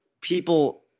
people